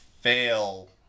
fail